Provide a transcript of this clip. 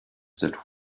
that